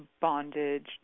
bondage